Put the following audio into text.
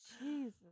Jesus